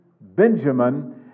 Benjamin